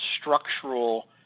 structural